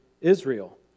Israel